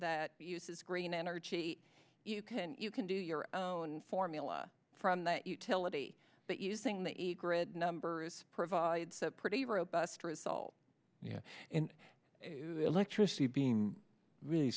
that uses green energy you can you can do your own formula from that utility but using the grid numbers provides pretty robust results in electricity being really